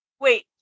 Wait